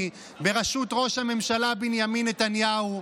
בראשות ראש הממשלה בנימין נתניהו,